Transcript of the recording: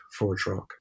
ForgeRock